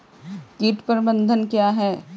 कीट प्रबंधन क्या है?